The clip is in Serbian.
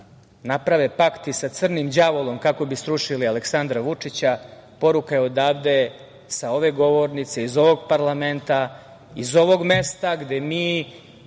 naprave pakt i sa crnim đavolom kako bi srušili Aleksandra Vučića, poruka je odavde, sa ove govornice, iz ovog parlamenta, iz ovog mesta gde mi